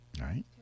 right